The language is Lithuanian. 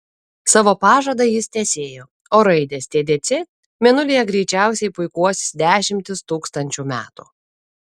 savo pažadą jis tęsėjo o raidės tdc mėnulyje greičiausiai puikuosis dešimtis tūkstančių metų